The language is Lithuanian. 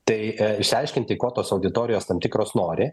tai išsiaiškinti ko tos auditorijos tam tikros nori